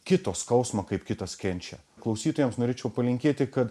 kito skausmą kaip kitas kenčia klausytojams norėčiau palinkėti kad